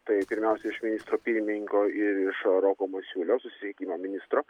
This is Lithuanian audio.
tai pirmiausia iš ministro pirmininko ir iš roko masiulio susisiekimo ministro